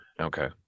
Okay